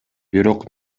бирок